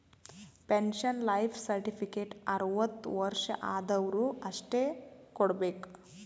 pension life certificate ಅರ್ವತ್ ವರ್ಷ ಆದ್ವರು ಅಷ್ಟೇ ಕೊಡ್ಬೇಕ